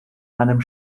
einem